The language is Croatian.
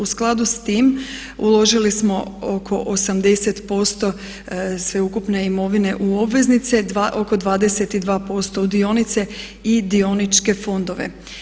U skladu sa time uložili smo oko 80% sveukupne imovine u obveznice, oko 22% u dionice i dioničke fondove.